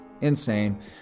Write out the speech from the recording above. insane